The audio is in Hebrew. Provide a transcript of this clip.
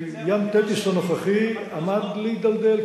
כי "ים תטיס" הנוכחי עמד להידלדל,